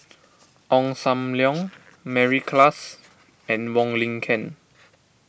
Ong Sam Leong Mary Klass and Wong Lin Ken